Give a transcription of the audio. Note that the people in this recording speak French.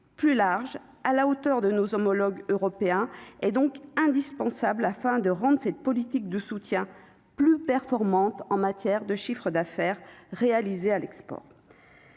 plus large à la hauteur de nos homologues européens, et donc indispensable afin de rendre cette politique de soutien plus performante en matière de chiffre d'affaires réalisé à l'export.